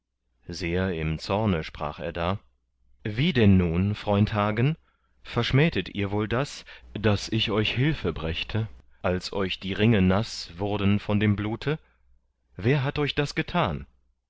sehr im zorne sprach er da wie nun denn freund hagen verschmähtet ihr wohl das daß ich euch hilfe brächte als euch die ringe naß wurden von dem blute wer hat euch das getan